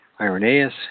Irenaeus